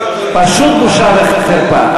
פשוט בושה וחרפה.